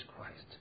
Christ